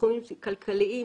בתחומים כלכליים,